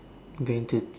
going to